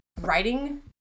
writing